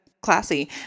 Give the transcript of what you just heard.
classy